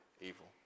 evil